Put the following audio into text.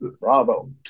Bravo